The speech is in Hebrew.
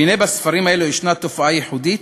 והנה, בספרים הללו יש תופעה ייחודית: